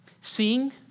Seeing